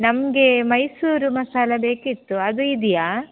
ನಮಗೆ ಮೈಸೂರು ಮಸಾಲ ಬೇಕಿತ್ತು ಅದು ಇದೆಯಾ